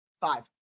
Five